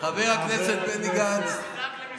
חבר הכנסת דוידסון.